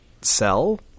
sell